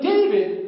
David